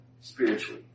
spiritually